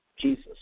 Jesus